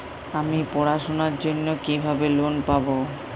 আমি পড়াশোনার জন্য কিভাবে লোন পাব?